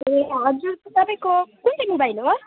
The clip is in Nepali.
ए हजुर तपाईँको कुन चाहिँ मोबाइल हो